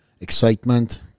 excitement